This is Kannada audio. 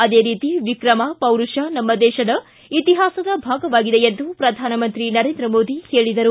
ಅದೇ ರೀತಿ ವಿಕ್ರಮ ಪೌರುಷ ನಮ್ನ ದೇಶದ ಇತಿಹಾಸದ ಭಾಗವಾಗಿದೆ ಎಂದು ಪ್ರಧಾನಂತ್ರಿ ನರೇಂದ್ರ ಮೋದಿ ಹೇಳಿದರು